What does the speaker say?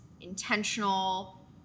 intentional